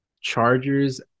Chargers